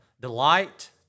delight